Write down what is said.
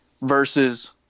Versus